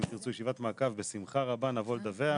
אם תרצו ישיבת מעקב בשמחה רבה נבוא לדווח.